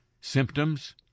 symptoms